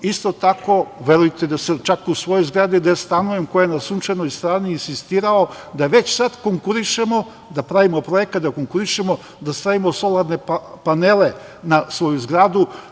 Isto tako, verujte da sam čak u svojoj zgradi gde stanujem, koja je na sunčanoj strani, insistirao da već sad konkurišemo, da pravimo projekat, da stavimo solarne panele na svoju zgradu.